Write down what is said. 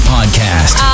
Podcast